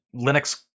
Linux